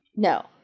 No